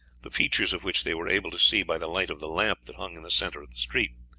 the features of which they were able to see by the light of the lamp that hung in the centre of the street.